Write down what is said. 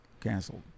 canceled